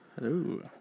Hello